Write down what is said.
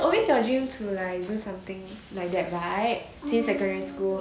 always your dream to like do something like that right since secondary school